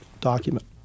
document